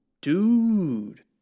dude